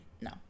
No